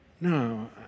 No